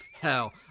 Hell